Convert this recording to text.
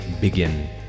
begin